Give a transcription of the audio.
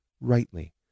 rightly